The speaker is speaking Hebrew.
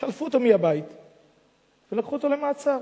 שלפו אותו מהבית ולקחו אותו למעצר.